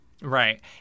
right